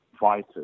fighters